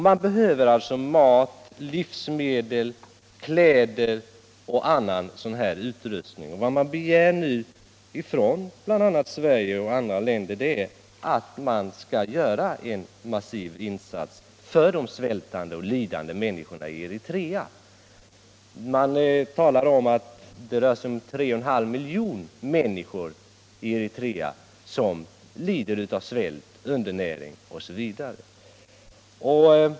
Man behöver livsmedel, kläder och utrustning av olika slag, och vad man begär från Sverige och andra länder är att det skall göras en massiv insats för de svältande och lidande människorna i Eritrea. Man talar om att det rör sig om 3,5 miljoner människor i Eritrea som lider av svält, undernäring OSV.